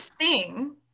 sing